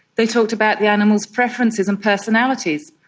they talked about the animals' preferences and personalities.